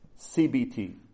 CBT